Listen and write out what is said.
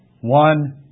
one